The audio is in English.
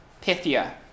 Pythia